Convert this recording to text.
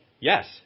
Yes